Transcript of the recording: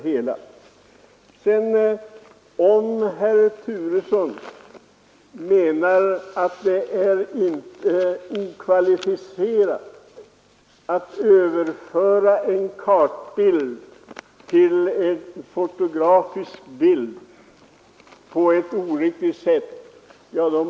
Herr Turesson anser det tydligen inte anmärkningsvärt att man överför en kartbild till en fotografisk bild på ett oriktigt sätt.